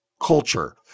culture